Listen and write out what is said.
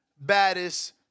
baddest